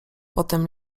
potem